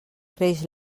creix